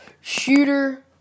shooter